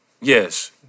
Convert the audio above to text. yes